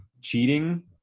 cheating